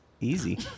easy